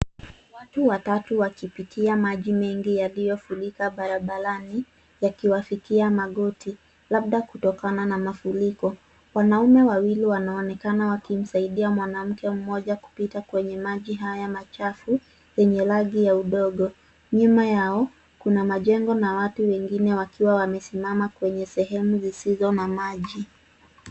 Watu watatu wakipitia maji mengi yaliyofurika barabarani yakiwafikia magoti. Labda kutokana na mafuriko. Wanaume wawili wanaonekana wakimsaidia mwanamke mmoja kupita kwenye maji haya machafu yenye rangi ya udongo. Nyuma yao kuna majengo na watu wengine wakiwa wamesimama kwenye sehemu zisizo na maji.